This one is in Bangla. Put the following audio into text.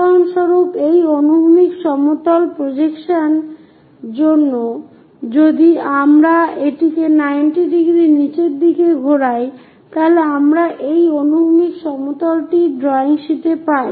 উদাহরণস্বরূপ এই অনুভূমিক সমতল প্রজেকশন এর জন্য যদি আমরা এটিকে 90 ডিগ্রী নিচের দিকে ঘোরাই তাহলে আমরা এই অনুভূমিক সমতলটি ড্রয়িং শীটে পাই